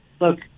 look